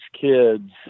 kids